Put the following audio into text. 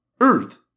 Earth